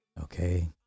okay